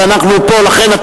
לכן,